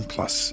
Plus